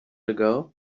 ago